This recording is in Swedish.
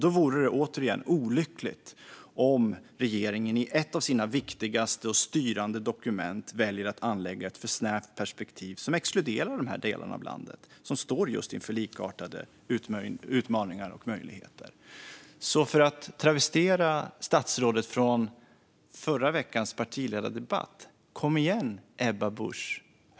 Då vore det olyckligt om regeringen i ett av sina viktigaste och styrande dokument väljer att anlägga ett för snävt perspektiv som exkluderar dessa delar av landet som står inför likartade utmaningar. För att travestera statsrådet från förra veckans partiledardebatt: Kom igen, Ebba Busch!